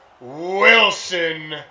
Wilson